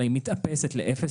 אלא היא מתאפסת לאפס,